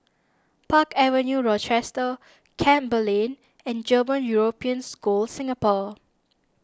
Park Avenue Rochester Campbell Lane and German European School Singapore